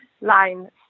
line